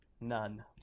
None